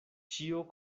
ĉio